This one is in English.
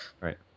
right